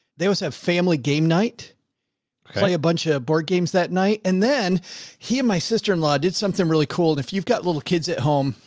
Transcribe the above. they always have family game night play a bunch of board games that night, and then he and my sister-in-law did something really cool. and if you've got little kids at home,